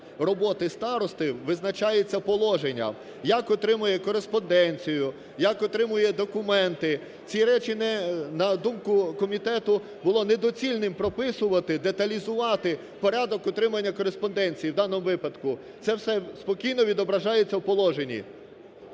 роботи старости визначається положенням, як отримує кореспонденцію, як отримує документи. Ці речі, на думку комітету, було недоцільним прописувати, деталізувати порядок утримання кореспонденції в даному випадку. Це все спокійно відображається в положенні.